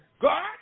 God